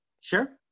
Sure